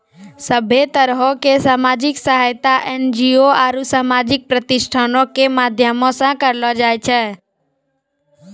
सभ्भे तरहो के समाजिक सहायता एन.जी.ओ आरु समाजिक प्रतिष्ठानो के माध्यमो से करलो जाय छै